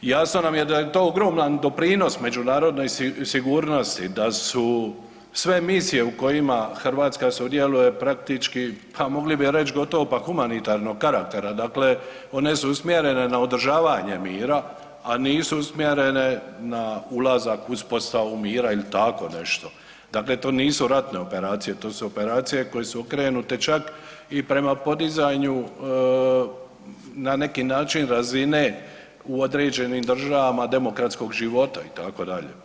Jasno nam je da je to ogroman doprinos međunarodnoj sigurnosti, da su sve misije u kojima Hrvatska sudjeluje praktički, ha mogli bi reć gotovo pa humanitarnog karaktera, dakle one su usmjerene na održavanje mira, a nisu usmjerene na ulazak, uspostavu mira il tako nešto, dakle to nisu ratne operacije, to su operacije koje su okrenute čak i prema podizanju na neki način razine u određenim državama demokratskog života itd.